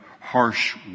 harsh